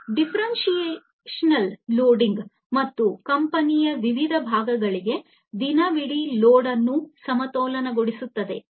ಈ differential loading ಮತ್ತು ಕಂಪನಿಯ ವಿವಿಧ ಭಾಗಗಳಲ್ಲಿ ದಿನವಿಡೀ ಲೋಡ್ ಅನ್ನು ಸಮತೋಲನಗೊಳಿಸುತ್ತದೆ